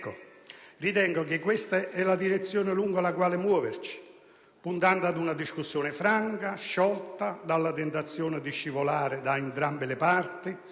Ritengo che questa sia la direzione lungo la quale muoverci, puntando ad una discussione franca, sciolta dalla tentazione di scivolare da entrambe le parti